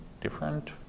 different